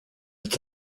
its